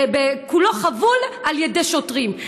כולו חבול על ידי שוטרים.